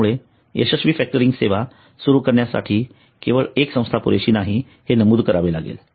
त्यामुळे यशस्वी फॅक्टरिंग सेवा सुरू करण्यासाठी केवळ एक संस्था पुरेशी नाही हे नमूद करावे लागेल